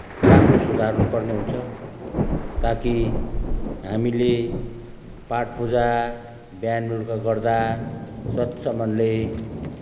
राम्रो सुधार्नु पर्ने हुन्छ ताकि हामीले पाठ पूजा बिहान बेलुका गर्दा स्वच्छ मनले